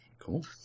Cool